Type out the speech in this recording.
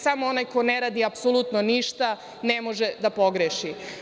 Samo onaj ko ne radi apsolutno ništa ne može da pogreši.